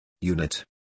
Unit